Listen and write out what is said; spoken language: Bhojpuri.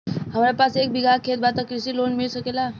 हमरा पास एक बिगहा खेत बा त कृषि लोन मिल सकेला?